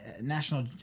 national